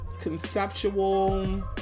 conceptual